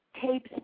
tapes